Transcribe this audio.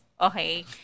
Okay